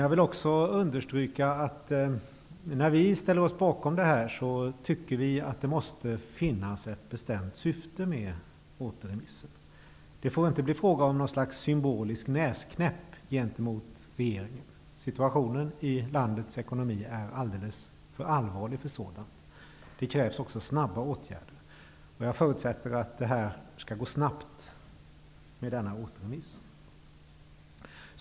Jag vill också understryka att när vi ställer oss bakom detta, tycker vi att det måste finnas ett bestämt syfte med återremissen. Det får inte bli frågan om någon slags symbolisk näsknäpp mot regeringen. Situationen i landets ekonomi är alldeles för allvarlig för sådant. Det krävs också snabba åtgärder. Jag förutsätter att det skall gå snabbt med denna återremiss.